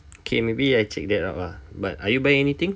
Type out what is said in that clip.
okay maybe I check that out ah but are you buying anything